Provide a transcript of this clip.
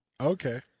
Okay